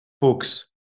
books